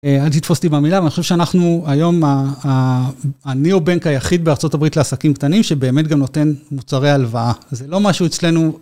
אל תתפוס אותי במילה, אבל אני חושב שאנחנו היום הניאו-בנק היחיד בארצות הברית לעסקים קטנים, שבאמת גם נותן מוצרי הלוואה. זה לא משהו אצלנו...